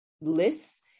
lists